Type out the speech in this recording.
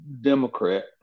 Democrat